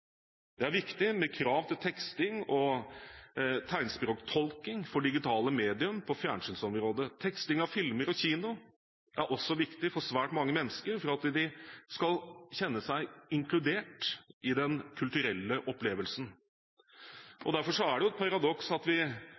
Det er viktig med krav til teksting og tegnspråktolking for digitale medier på fjernsynsområdet. Teksting av filmer på kino er også viktig for svært mange mennesker for at de skal kjenne seg inkludert i den kulturelle opplevelsen. Derfor er det et paradoks at vi